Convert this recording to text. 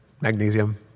magnesium